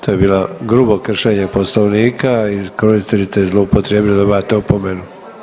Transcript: To je bilo grubo kršenje Poslovnika i koristili ste i zloupotrijebili dobivate opomenu.